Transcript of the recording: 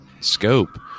scope